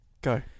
Go